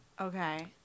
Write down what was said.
Okay